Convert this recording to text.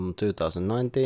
2019